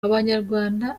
abanyarwanda